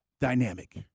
dynamic